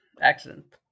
accident